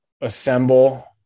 assemble